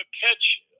catch